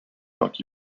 dock